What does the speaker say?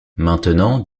maintenant